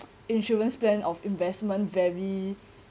insurance plan of investment very